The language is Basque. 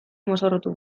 mozorrotu